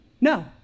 No